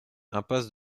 impasse